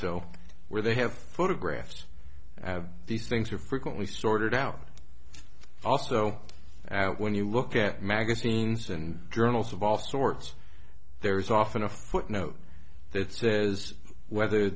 so where they have photographed these things are frequently sorted out also out when you look at magazines and journals of all sorts there is often a footnote that says whether